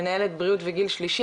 מנהלת בריאות וגיל שלישי,